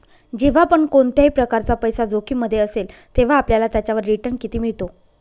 जेव्हा पण कोणत्याही प्रकारचा पैसा जोखिम मध्ये असेल, तेव्हा आपल्याला त्याच्यावर रिटन किती मिळतो?